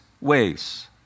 ways